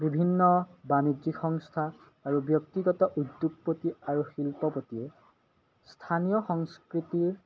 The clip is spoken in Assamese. বিভিন্ন বাণিজ্যিক সংস্থা আৰু ব্যক্তিগত উদ্যোগপতি আৰু শিল্প প্ৰতি স্থানীয় সংস্কৃতিৰ